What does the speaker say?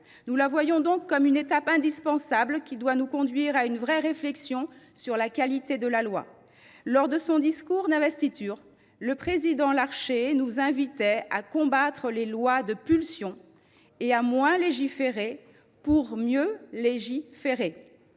Cette mission est une étape indispensable qui doit nous permettre de mener une véritable réflexion sur la qualité de la loi. Lors de son discours d’investiture, le président Larcher nous invitait à « combattre les lois de pulsion » et à « moins légiférer pour mieux légiférer